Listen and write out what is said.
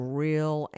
real